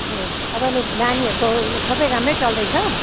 हजर अब अहिले नानीहरूको उयो सबै राम्रै चल्दैछ